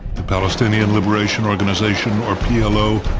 the palestinian liberation organization, or p l o,